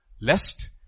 lest